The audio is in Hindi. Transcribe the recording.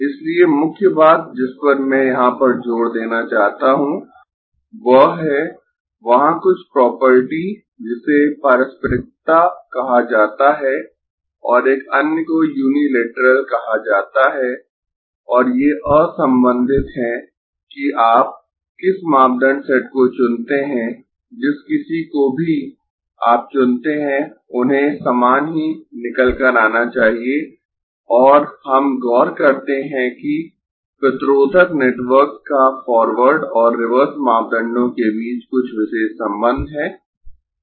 इसलिए मुख्य बात जिस पर मैं यहां पर जोर देना चाहता हूं वह है वहां कुछ प्रॉपर्टी जिसे पारस्परिकता कहा जाता है और एक अन्य को यूनिलेटरल कहा जाता है और ये असंबंधित है कि आप किस मापदंड सेट को चुनते है जिस किसी को भी आप चुनते है उन्हें समान ही निकल कर आना चाहिए और हम गौर करते है कि प्रतिरोधक नेटवर्क का फॉरवर्ड और रिवर्स मापदंडों के बीच कुछ विशेष संबंध है